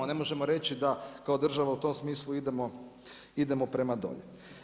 Ne možemo reći da kao država u tom smislu idemo prema dolje.